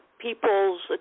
people's